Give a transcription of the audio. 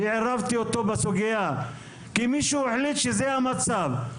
שעירבתי אותו בסוגיה, כי מישהו החליט שזה המצב.